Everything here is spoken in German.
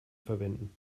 verwenden